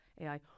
AI